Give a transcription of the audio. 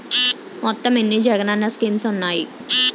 మొత్తం ఎన్ని జగనన్న స్కీమ్స్ ఉన్నాయి?